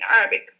Arabic